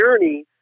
journey